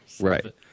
Right